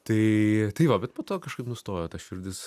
tai tai va bet po to kažkaip nustojo ta širdis